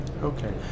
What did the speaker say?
Okay